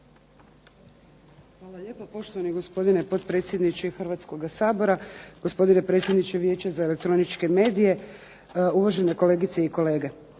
Hvala lijepo. Poštovani gospodine potpredsjedniče Hrvatskoga sabora, gospodine predsjedniče Vijeća za elektroničke medije, uvažene kolegice i kolege.